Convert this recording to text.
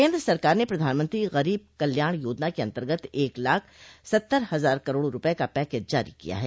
केन्द्र सरकार ने प्रधानमंत्री गरीब कल्याण योजना के अन्तर्गत एक लाख सत्तर हजार करोड़ रूपये का पैकेज जारी किया है